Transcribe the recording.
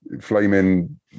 flaming